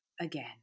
again